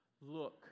Look